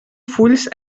fulls